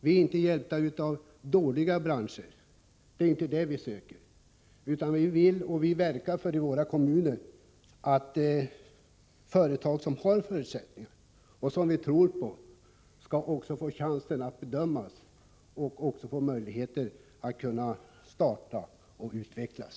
Vi söker inte företag inom svaga branscher, utan vi verkar i våra kommuner för att företag som har goda förutsättningar och som man kan tro på verkligen skall få chansen att starta och att utvecklas.